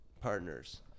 partners